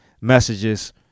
messages